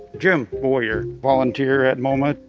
jim, warrior, volunteer at moma.